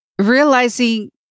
realizing